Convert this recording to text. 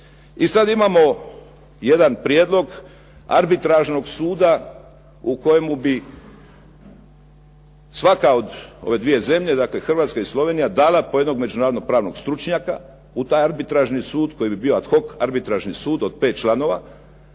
I sad imamo jedan prijedlog arbitražnog suda u kojemu bi svaka od ove dvije zemlje, dakle Hrvatska i Slovenija, dala po jednog međunarodno-pravnog stručnjaka u taj arbitražni sud koji bi bio ad hoc arbitražni sud od pet članova